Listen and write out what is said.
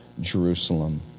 Jerusalem